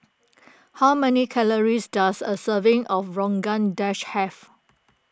how many calories does a serving of Rogan Dash have